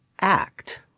act